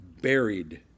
buried